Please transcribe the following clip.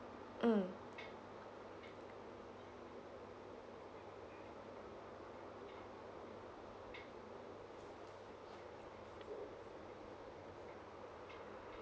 mm